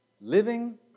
Living